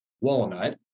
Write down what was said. Walnut